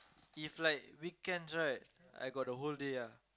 if like weekends right I got the whole day ah